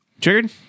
Triggered